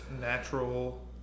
natural